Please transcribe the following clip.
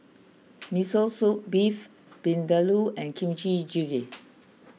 Miso Soup Beef Vindaloo and Kimchi Jjigae